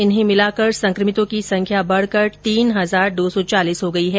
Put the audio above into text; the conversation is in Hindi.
इन्हें मिलाकर संक्रमितों की संख्या बढ़कर तीन हज़ार दो सौ चालीस हो गई है